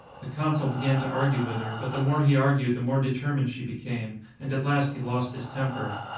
the consul began to argue with her, but the more he argued the more determined she became, and at last he lost his temper.